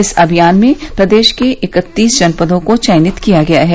इस अभियान में प्रदेश के इकतीस जनपदों को चयनित किया गया है